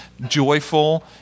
joyful